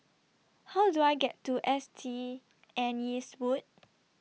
How Do I get to S T Anne's Wood